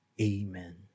Amen